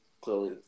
Clearly